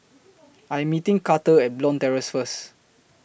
I Am meeting Karter At Bond Terrace First